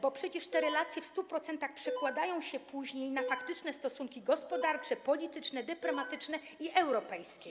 Bo przecież te relacje w 100% przekładają się później na faktyczne stosunki gospodarcze, polityczne, dyplomatyczne i europejskie.